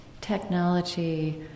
technology